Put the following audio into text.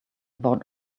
about